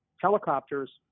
helicopters